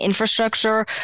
infrastructure